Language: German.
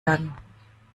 dann